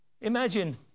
Imagine